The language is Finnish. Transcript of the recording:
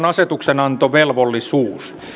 asetuksenantovaltuus